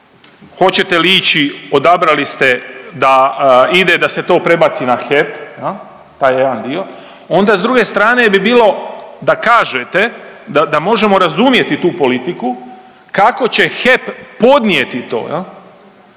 Hoćete li ići odabrali ste da ide da se to prebaci na HEP, taj jedan dio, onda s druge strane bi bilo da kažete da možemo razumjeti tu politiku kako će HEP podnijeti to,